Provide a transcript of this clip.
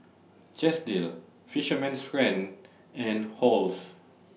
Chesdale Fisherman's Friend and Halls